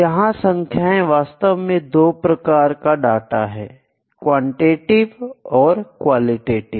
यह संख्याएं वास्तव में दो प्रकार का डाटा है क्वालिटेटिव तथा क्वांटिटिव